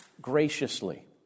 graciously